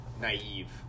naive